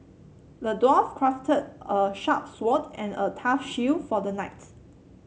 the dwarf crafted a sharp sword and a tough shield for the knight